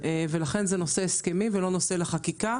ולכן זה נושא הסכמי ולא נושא לחקיקה.